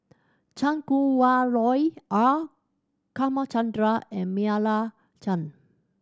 Chan Kum Wah Roy R and Meira Chand